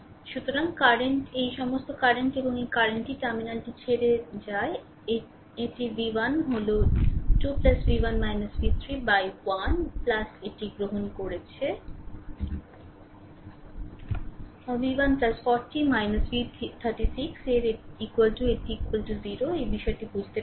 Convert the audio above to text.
সুতরাং কারেন্ট এই সমস্ত কারেন্ট এবং এই কারেন্টটি টার্মিনালটি ছেড়ে যায় এটি v 1 হল 2 v 1 v 3 1 এটি গ্রহণ করেছে v 1 40 v 3 6 এর এটি 0 এই বিষয়টি বুঝতে পেরেছে